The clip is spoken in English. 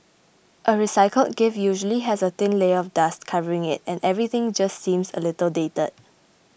a recycled gift usually has a thin layer of dust covering it and everything just seems a little dated